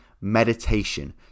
meditation